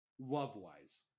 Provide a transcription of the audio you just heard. love-wise